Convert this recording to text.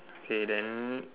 okay then